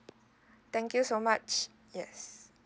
thank you so much yes